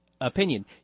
opinion